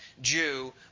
Jew